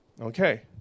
Okay